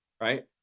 right